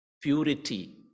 purity